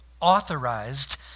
authorized